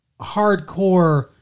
hardcore